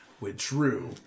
withdrew